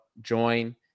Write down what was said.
Join